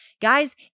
Guys